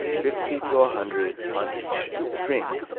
fifty to a hundred on each string.